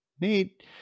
Neat